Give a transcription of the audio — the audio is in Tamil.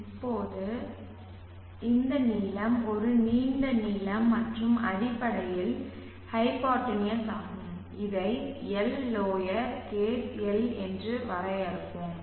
இப்போது இந்த நீளம் ஒரு நீண்ட நீளம் மற்றும் அடிப்படையில் ஹைப்போடென்யூஸ் ஆகும் இதை எல் லோயர் கேஸ் எல் என்று வரையறுப்போம்